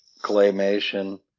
claymation